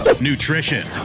nutrition